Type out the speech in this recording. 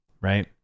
right